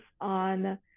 on